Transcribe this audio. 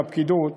עם הפקידות,